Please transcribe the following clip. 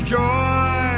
joy